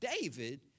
David